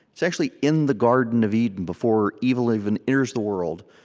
it's actually in the garden of eden before evil even enters the world.